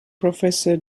professor